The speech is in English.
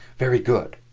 very good.